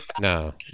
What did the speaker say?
no